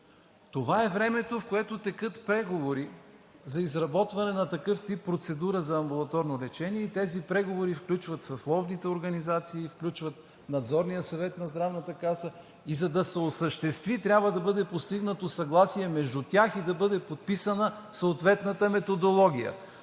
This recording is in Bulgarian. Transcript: Това е времето, в което текат преговори за изработване на такъв тип процедура за амбулаторно лечение и тези преговори включват съсловните организации, Надзорния съвет на Здравната каса и за да се осъществи, трябва да бъде постигнато съгласие между тях и да бъде подписана съответната методология.